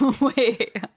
Wait